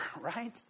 right